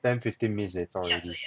ten fifteen minutes they zao already